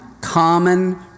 common